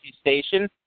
Station